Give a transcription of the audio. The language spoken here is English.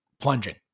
plunging